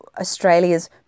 Australia's